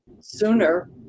sooner